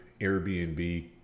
airbnb